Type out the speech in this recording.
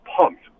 pumped